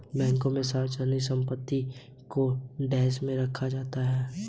bank में सार्वजनिक सम्पत्ति को लूटना गम्भीर अपराध है